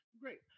great